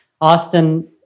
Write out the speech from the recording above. Austin